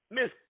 Miss